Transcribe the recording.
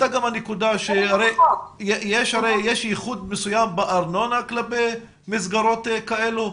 יש ייחוד מסוים בארנונה במסגרות כאלו?